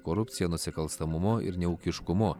korupcija nusikalstamumu ir neūkiškumu